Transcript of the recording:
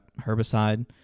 herbicide